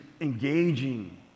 engaging